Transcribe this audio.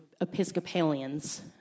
Episcopalians